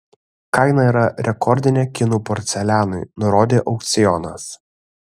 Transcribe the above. kaina yra rekordinė kinų porcelianui nurodė aukcionas